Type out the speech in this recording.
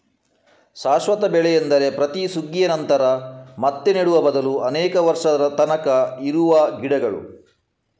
ಶಾಶ್ವತ ಬೆಳೆ ಎಂದರೆ ಪ್ರತಿ ಸುಗ್ಗಿಯ ನಂತರ ಮತ್ತೆ ನೆಡುವ ಬದಲು ಅನೇಕ ವರ್ಷದ ತನಕ ಇರುವ ಗಿಡಗಳು